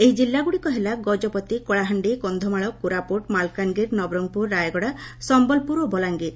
ଏହି ଜିଲ୍ଲାଗୁଡ଼ିକ ହେଲା ଗକପତି କଳାହାଣ୍ଡି କକ୍ଷମାଳ କୋରାପୁଟ ମାଲକାନଗିରି ନବରଙ୍ଗପୁର ରାୟଗଡା ସମ୍ମଲପୁର ଓ ବଲାଙ୍ଗୀର